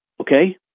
okay